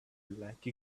like